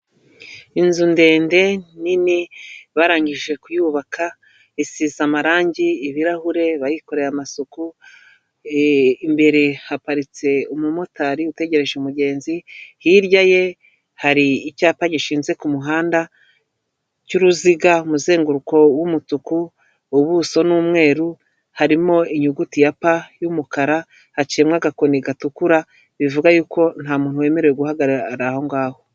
Inzu ndende nini, barangije kuyubaka, isize amarangi, ibirahure, bayikoreye amasuku, imbere haparitse umumotari utegereje umugenzi, hirya ye hari icyapa gishinze ku muhanda cy'uruziga, umuzenguruko w'umutuku, ubuso ni umweru, harimo inyuguti ya pa y'umukara, haciyemo agakoni gatukura, bivuga yuko nta muntu wemerewe guhagarara aho ngaho.